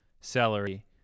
celery